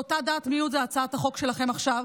אותה דעת מיעוט היא הצעת החוק שלכם עכשיו,